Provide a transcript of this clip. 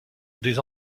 des